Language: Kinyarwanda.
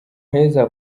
heza